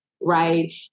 Right